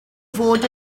fod